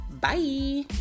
Bye